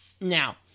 Now